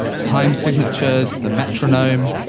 time signatures, the metronome.